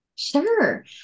Sure